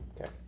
Okay